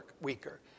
weaker